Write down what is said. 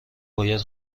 باید